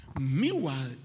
Meanwhile